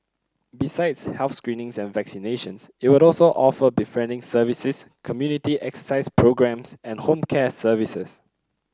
besides health screenings and vaccinations it will also offer befriending services community exercise programmes and home care services